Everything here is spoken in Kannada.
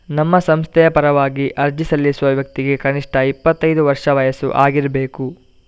ತಮ್ಮ ಸಂಸ್ಥೆಯ ಪರವಾಗಿ ಅರ್ಜಿ ಸಲ್ಲಿಸುವ ವ್ಯಕ್ತಿಗೆ ಕನಿಷ್ಠ ಇಪ್ಪತ್ತೈದು ವರ್ಷ ವಯಸ್ಸು ಆಗಿರ್ಬೇಕು